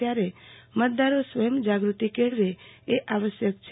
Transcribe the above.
ત્યારે મતદારો સ્વયં જાગૃતિ કેળવે એ આવશ્યક છે